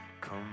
Come